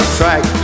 track